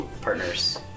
partners